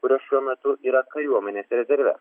kurios šiuo metu yra kariuomenės rezerve